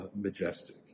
majestic